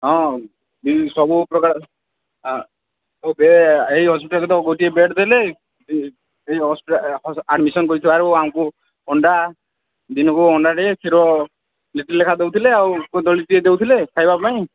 ହଁ ସବୁ ପ୍ରକାର ଏଇ ହସ୍ପିଟାଲରେ ତ ଗୋଟିଏ ବେଡ୍ ଦେଲେ ହସ୍ପିଟାଲ୍ରେ ଆଡମିସନ କରିଥିବାରୁ ଆମକୁ ଅଣ୍ଡା ଦିନକୁ ଅଣ୍ଡାଟିଏ କ୍ଷୀର ଲିଟରେ ଲେଖାଁ ଦେଉଥିଲେ ଆଉ କଦଳିଟିଏ ଦେଉଥିଲେ ଖାଇବା ପାଇଁ